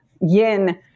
yin